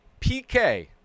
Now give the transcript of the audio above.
pk